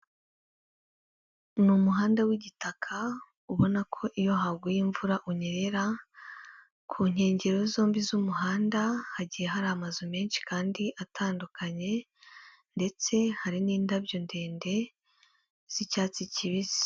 Ni umuhanda w'igitaka ubona ko iyo haguye imvura unyerera, ku nkengero zombi z'umuhanda hagiye hari amazu menshi kandi atandukanye ndetse hari n'indabyo ndende z'icyatsi kibisi.